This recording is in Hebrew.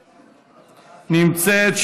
נמצאת.